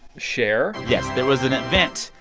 cher yes, there was an event,